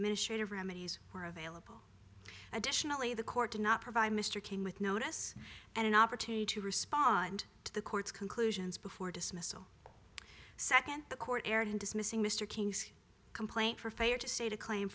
administrative remedies were available additionally the court did not provide mr kane with notice and an opportunity to respond to the court's conclusions before dismissal second the court erred in dismissing mr king's complaint for fair to say to claim